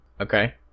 Okay